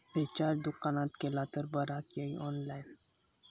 Recharge दुकानात केला तर बरा की ऑनलाइन?